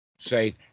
Say